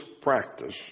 practice